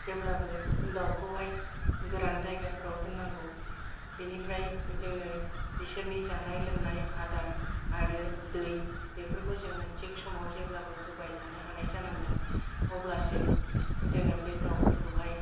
जेब्लाबो दाउखौहाय गोरान जायगाफोराव दोननांगौ बेनिफ्राय जोङो बिसोरनि जानाय लोंनाय आदार आरो दै बेफोरखौ जोङो थिक समाव जेब्लाबो होबाय थानो हानाय जानांगोन अब्लासो जोङो बे दाउफोरखौहाय